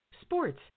sports